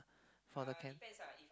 for the can